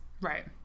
Right